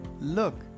look